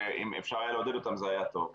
אפשר היה לעודד אותם, זה היה טוב.